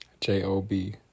J-O-B